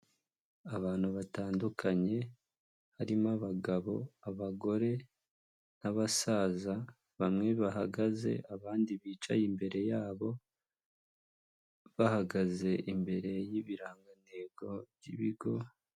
Abantu batandukanye, harimo abagabo, abagore n'abasaza, bamwe bahagaze, abandi bicaye imbere yabo, bahagaze imbere y'ibirangantego by'ibigo,..